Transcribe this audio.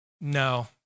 no